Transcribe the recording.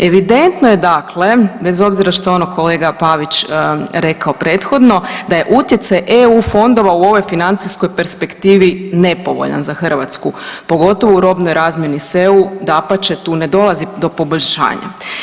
Evidentno je dakle bez obzira što je ono kolega Pavić rekao prethodno da je utjecaj eu fondova u ovoj financijskoj perspektivi nepovoljan za Hrvatsku, pogotovo u robnoj razmjeni s EU, dapače tu ne dolazi do poboljšanja.